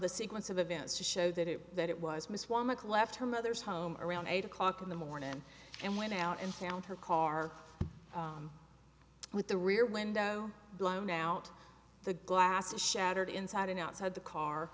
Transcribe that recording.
the sequence of events to show that it that it was miss one mic left her mother's home around eight o'clock in the morning and went out and found her car with the rear window blown out the glass is shattered inside and outside the car